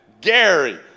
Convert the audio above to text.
Gary